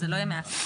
זה לא ימי עסקים.